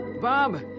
Bob